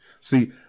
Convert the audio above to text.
See